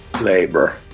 labor